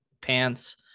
pants